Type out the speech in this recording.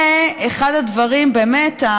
זה אחד הדברים באמת,